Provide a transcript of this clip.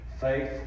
Faith